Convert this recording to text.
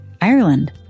Ireland